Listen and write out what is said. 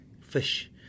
Fish